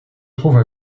trouve